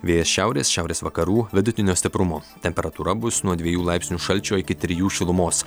vėjas šiaurės šiaurės vakarų vidutinio stiprumo temperatūra bus nuo dviejų laipsnių šalčio iki trijų šilumos